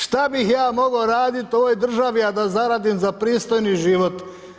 Šta bih ja mogao radit u ovoj državi, a da zaradim za pristojni život?